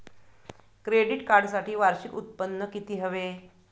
Credit कार्डसाठी वार्षिक उत्त्पन्न किती हवे?